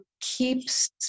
keeps